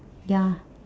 ya